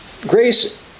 grace